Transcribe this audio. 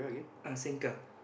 uh sengkang